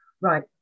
right